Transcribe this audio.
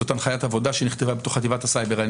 זאת הנחיית עבודה שנכתבה בתוך חטיבת הסייבר.